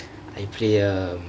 I play um